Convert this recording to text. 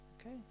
Okay